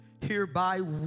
Hereby